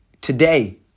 today